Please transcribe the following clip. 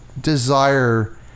desire